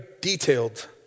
detailed